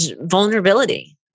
vulnerability